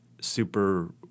super